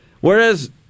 Whereas